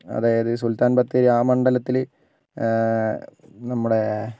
അതായത് സുൽത്താൻ ബത്തേരി ആ മണ്ഡലത്തിൽ നമ്മുടെ